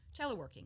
teleworking